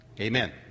Amen